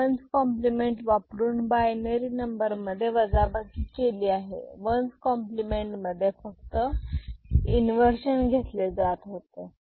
आपण one's complement वापरून binary number मध्ये वजाबाकी केली आहे वन्स कॉम्प्लिमेंट मध्ये फक्त इन्वर्जन घेतले जात होते